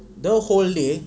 the whole league